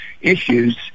issues